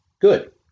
good